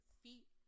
feet